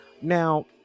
now